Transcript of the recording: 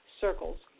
circles